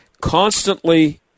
constantly –